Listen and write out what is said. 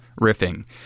riffing